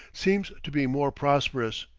seems to be more prosperous,